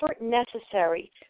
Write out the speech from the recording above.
necessary